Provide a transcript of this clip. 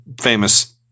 famous